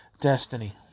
destiny